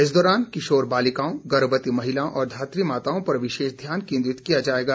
इस दौरान किशोर बालिकाओं गर्भवती महिलाओं और धातृ माताओं पर विशेष ध्यान केंद्रित किया जाएगा